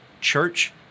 church